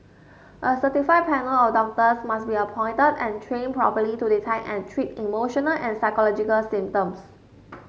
a certified panel of doctors must be appointed and trained properly to detect and treat emotional and psychological symptoms